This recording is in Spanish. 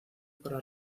para